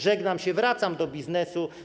Żegnam się, wracam do biznesu.